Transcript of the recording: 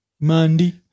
Mandy